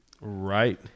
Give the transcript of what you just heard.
Right